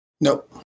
Nope